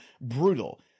brutal